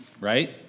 right